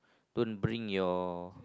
don't bring your